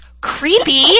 creepy